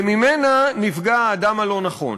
וממנה נפגע האדם הלא-נכון,